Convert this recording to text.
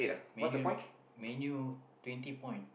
Man-U Man-U twenty point